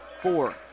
four